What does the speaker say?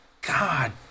God